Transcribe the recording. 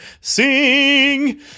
sing